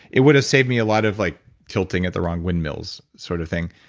it would've saved me a lot of like tilting at the wrong windmills sort of thing.